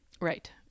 Right